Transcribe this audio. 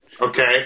okay